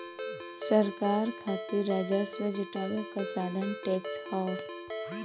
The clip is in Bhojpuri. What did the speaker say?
सरकार खातिर राजस्व जुटावे क साधन टैक्स हौ